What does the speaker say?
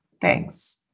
Thanks